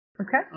Okay